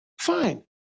Fine